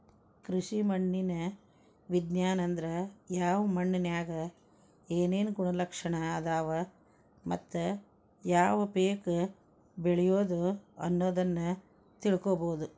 ಕೃಷಿ ಮಣ್ಣಿನ ವಿಜ್ಞಾನ ಅಂದ್ರ ಯಾವ ಮಣ್ಣಿನ್ಯಾಗ ಏನೇನು ಗುಣಲಕ್ಷಣ ಅದಾವ ಮತ್ತ ಯಾವ ಪೇಕ ಬೆಳಿಬೊದು ಅನ್ನೋದನ್ನ ತಿಳ್ಕೋಬೋದು